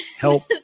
help